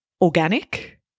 organic